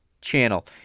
channel